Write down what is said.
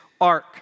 ark